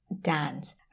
dance